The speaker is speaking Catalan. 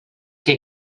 que